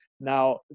Now